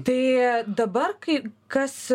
tai dabar kai kas